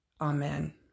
Amen